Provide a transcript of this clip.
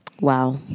Wow